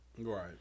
Right